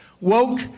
woke